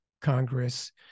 Congress